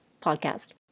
podcast